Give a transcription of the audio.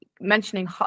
mentioning